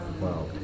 Wow